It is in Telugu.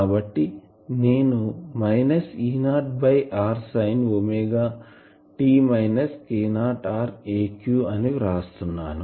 కాబట్టి నేను minus Eo by r sine omega t minus k0 r aq వ్రాస్తున్నాను